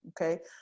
okay